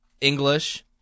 English